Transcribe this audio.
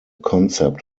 concept